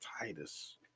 titus